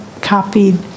copied